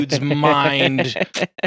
mind